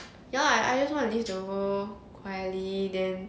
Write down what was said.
ya lah I just wanna leave the world quietly then